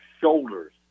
shoulders